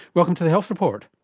welcome to the health report.